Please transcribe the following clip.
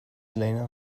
lena